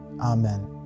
Amen